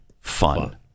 fun